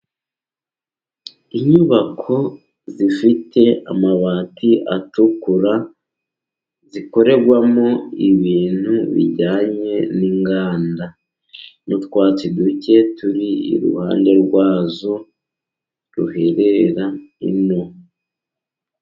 Inyubako zifite amabati atukura, zikorerwamo ibintu bijyanye n'inganda. N'utwatsi duke turi iruhande rwazo ruherera ino.